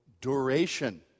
duration